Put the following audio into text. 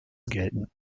gelten